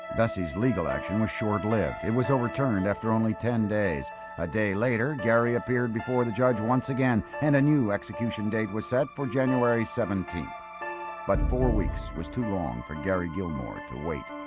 bessie's legal action was short-lived it was overturned after only ten days a day later gary appeared before the judge once again and a new execution date was set for january seventeenth but four weeks was too long for gary gilmore to wait